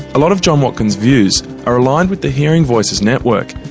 a lot of john watkins' views are aligned with the hearing voices network,